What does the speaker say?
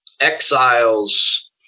exiles